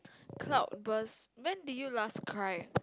cloud burst when did you last cry